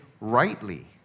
rightly